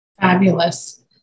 Fabulous